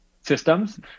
systems